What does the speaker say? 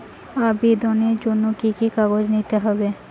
আবেদনের জন্য কি কি কাগজ নিতে হবে?